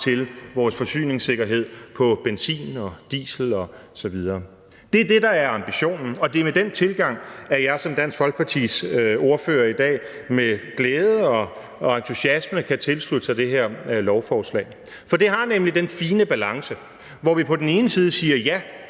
til vores forsyningssikkerhed på benzin og diesel osv. Det er det, der er ambitionen, og det er med den tilgang, at jeg som Dansk Folkepartis ordfører i dag med glæde og entusiasme kan tilslutte mig det her lovforslag. For det har nemlig den fine balance, hvor vi på den ene side siger,